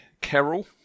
Carol